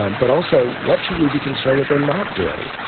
um but also what should we be concerned that they're not doing,